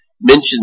mentioned